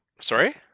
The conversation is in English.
Sorry